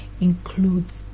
includes